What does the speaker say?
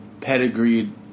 pedigreed